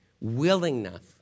willingness